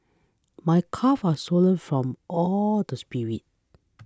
my calves are sore from all the sprints